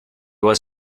was